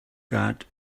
got